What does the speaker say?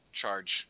charge